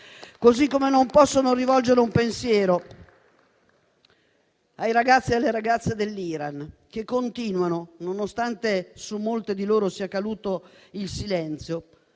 Così come non possono rivolgere un pensiero ai ragazzi e alle ragazze dell'Iran che continuano, nonostante su molti di loro sia caduto il silenzio,